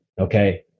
Okay